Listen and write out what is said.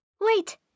Wait